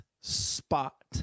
spot